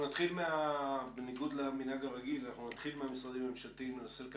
יחיאלה, קיבלנו תמונה ממשרד מבקר המדינה על ימים